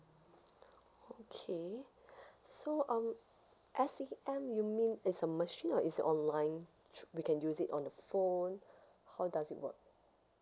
okay so um S_A_M you mean is a machine or is it online so we can use it on the phone how does it work